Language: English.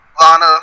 Lana